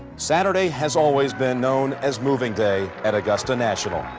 saturday has always been known as moving day at augusta national.